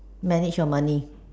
manage your money